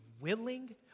willing